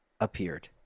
appeared